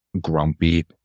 grumpy